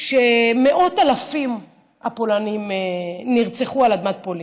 שמאות אלפים נרצחו על אדמת פולין.